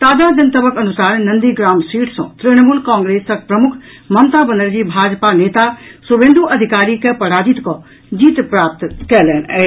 ताजा जनतबक अनुसार नन्दी ग्राम सीट सँ तृणमूल कांग्रेसक प्रमुख ममता बनर्जी भाजपाक नेता शुभेन्दु अधिकारी के पराजित कऽ जीत प्राप्त कयलनि अछि